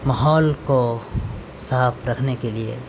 ماحول کو صاف رکھنے کے لیے